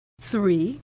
Three